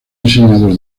diseñador